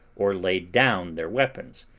or laid down their weapons,